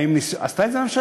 האם עשתה את זה הממשלה?